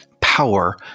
power